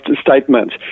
statement